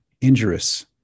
injurious